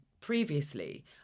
previously